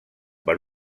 per